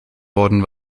worden